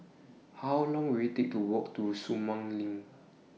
How Long Will IT Take to Walk to Sumang LINK